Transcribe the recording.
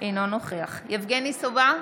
אינו נוכח יבגני סובה,